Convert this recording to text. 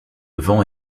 vent